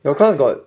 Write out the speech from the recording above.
your class got